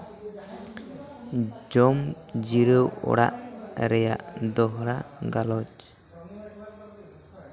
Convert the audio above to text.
ᱡᱚᱢ ᱡᱤᱨᱟᱹᱣ ᱚᱲᱟᱜ ᱨᱮᱭᱟᱜ ᱫᱚᱦᱲᱟ ᱜᱟᱞᱚᱪ